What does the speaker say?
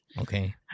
Okay